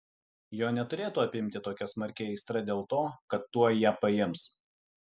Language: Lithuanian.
jo neturėtų apimti tokia smarki aistra dėl to kad tuoj ją paims